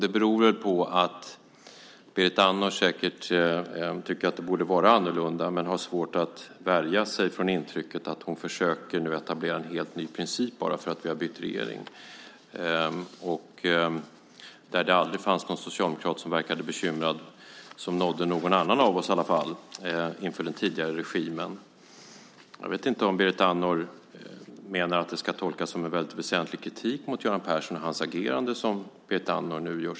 Det beror väl på att Berit Andnor tycker att det borde vara annorlunda, att hon har svårt att värja sig för att hon nu försöker etablera en helt ny princip bara för att vi bytt regering. Det var aldrig någon socialdemokrat som verkade bekymrad inför den tidigare regimen, inte så att det nådde någon av oss andra i alla fall. Jag vet inte om Berit Andnor med sitt sätt att resonera nu gör sig till tolk för en väsentlig kritik av Göran Persson och hans agerande.